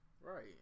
Right